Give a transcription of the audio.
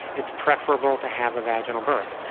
it's preferable to have a vaginal birth.